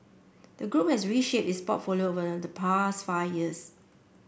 the group has reshaped its portfolio over the past five years